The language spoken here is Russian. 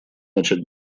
начать